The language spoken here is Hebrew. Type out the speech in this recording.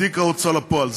תיק ההוצאה לפועל.